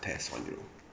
test [one] you know